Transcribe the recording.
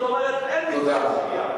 זאת אומרת אין מתקני שהייה.